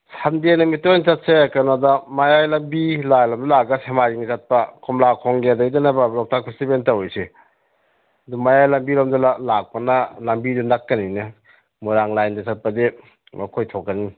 ꯁꯟꯗꯦ ꯅꯨꯃꯤꯠꯇ ꯑꯣꯏꯅ ꯆꯠꯁꯦ ꯀꯩꯅꯣꯗ ꯃꯌꯥꯏ ꯂꯝꯕꯤ ꯂꯥꯏꯟ ꯂꯣꯝꯗ ꯂꯥꯛꯑꯒ ꯁꯦꯛꯃꯥꯏꯖꯤꯟ ꯆꯠꯄ ꯀꯣꯝꯂꯥꯈꯣꯡꯒꯤ ꯑꯗꯩꯗꯅꯦꯕ ꯂꯣꯛꯇꯥꯛ ꯐꯦꯁꯇꯤꯕꯦꯜ ꯇꯧꯔꯤꯁꯦ ꯑꯗꯨ ꯃꯌꯥꯏ ꯂꯝꯕꯤꯔꯣꯝꯗ ꯂꯥꯛꯄꯅ ꯂꯝꯕꯤꯗꯨ ꯅꯛꯀꯅꯤꯅꯦ ꯃꯣꯏꯔꯥꯡ ꯂꯥꯏꯟꯗ ꯆꯠꯄꯗꯤ ꯑꯃꯨꯛ ꯀꯣꯏꯊꯣꯛꯀꯅꯤ